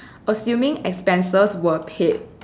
assuming expenses were paid